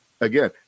again